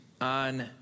on